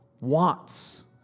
wants